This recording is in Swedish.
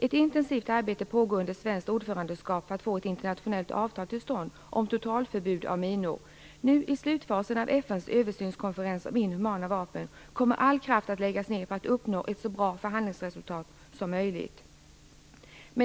Ett intensivt arbete pågår under svenskt ordförandeskap för att få ett internationellt avtal till stånd om totalförbud av minor. Nu i slutfasen av FN:s översynskonferens om inhumana vapen kommer all kraft att läggas ned på att uppnå ett så bra förhandlingsresultat som möjligt.